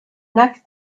next